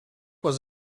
was